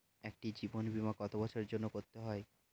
একটি জীবন বীমা কত বছরের জন্য করতে হয়?